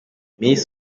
miss